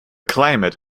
climate